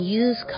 use